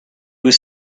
was